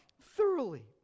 thoroughly